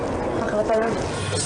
אני יודעת גם ואני